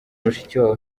mushikiwabo